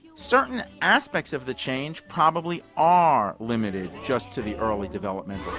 certain aspects of the change probably are limited just to the early developmental.